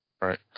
right